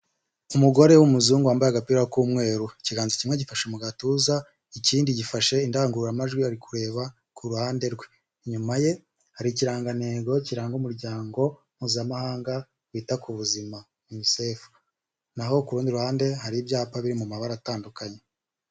Umugore w'umuzungu wambaye agapira k'umweru, ikiganza kimwe gifashe mu gatuza, ikindi gifashe indangururamajwi, ari kureba ku ruhande rwe, inyuma hari ikirangantego kiranga umuryango mpuzamahanga wita ku buzima unisefu, naho ku rundi ruhande hari ibyapa biri mu mabara atandukanye.